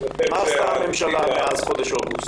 מה עשתה הממשלה מאז חודש אוגוסט?